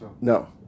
No